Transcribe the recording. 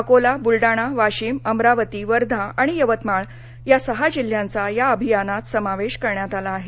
अकोला बुलडाणा वाशिम अमरावती वर्धा आणि यवतमाळ या सहा जिल्ह्यांचा या अभियानात समावेश करण्यात आला आहे